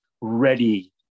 ready